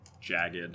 jagged